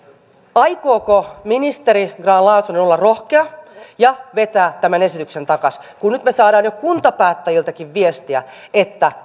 aikooko ministeri grahn laasonen olla rohkea ja vetää tämän esityksen takaisin kun me nyt saamme jo kuntapäättäjiltäkin viestiä että